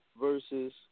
versus